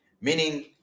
Meaning